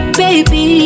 baby